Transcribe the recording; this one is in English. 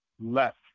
left